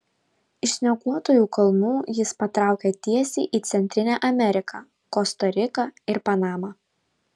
iš snieguotųjų kalnų jis patraukė tiesiai į centrinę ameriką kosta riką ir panamą